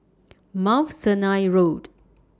Mount Sinai Road